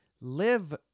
live